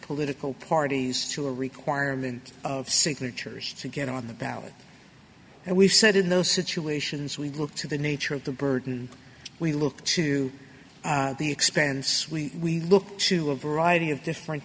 political parties to a requirement of signatures to get on the ballot and we've said in those situations we look to the nature of the burden we look to the expense we look to a variety of different